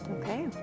Okay